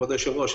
כבוד היושב-ראש,